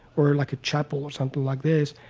or like a chapel, or something like this.